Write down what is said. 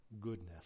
goodness